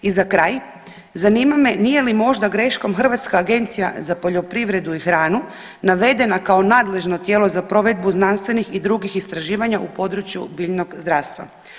I za kraj, zanima me nije li možda greškom Hrvatska agencija za poljoprivredu i hranu navedena kao nadležno tijelo za provedbu znanstvenih i drugih istraživanja u području biljnog zdravstva.